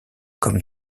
comme